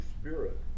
Spirit